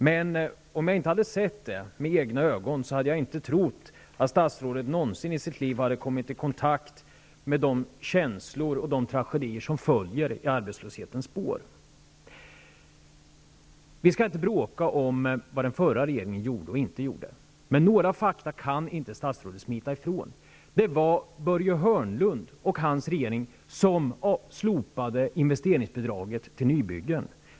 Men om jag inte hade sett det med egna ögon, hade jag inte trott att statsrådet någonsin i sitt liv hade kommit i kontakt med de känslor och de tragedier som följer i arbetslöshetens spår. Vi skall inte bråka om vad den förra regeringen gjorde och inte gjorde. Men några fakta kan statsrådet inte smita ifrån. Det var Börje Hörnlund och hans regering som slopade investeringsbidraget till nybyggen.